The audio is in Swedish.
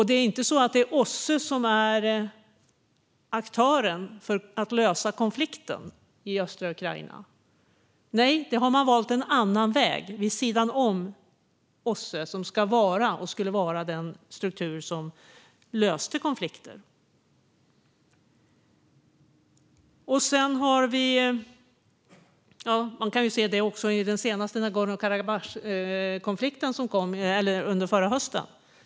Det är inte heller så att OSSE är aktören för att lösa konflikten i östra Ukraina. Nej, där har man valt en annan väg vid sidan om OSSE, som skulle vara den struktur som löste konflikter. Detta kunde man se också i den senaste Nagorno-Karabach-konflikten under förra hösten.